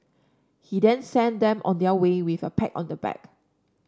he then sent them on their way with a pat on the back